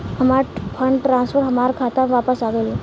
हमार fund transfer हमार खाता में वापस आ गइल